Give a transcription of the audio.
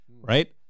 right